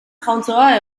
jauntxoa